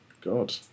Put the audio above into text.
God